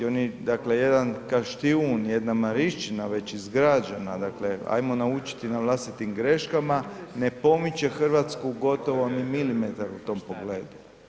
Dakle, jedan Kaštijun, jedna Marišćina već izgrađena, dakle hajmo naučiti na vlastitim greškama, ne pomiče Hrvatsku gotovo ni milimetar u tom pogledu.